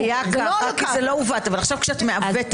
זה לא עוות אבל עכשיו את מעוותת.